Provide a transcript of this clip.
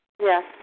Yes